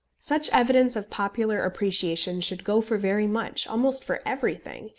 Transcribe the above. such evidence of popular appreciation should go for very much, almost for everything,